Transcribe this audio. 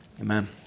Amen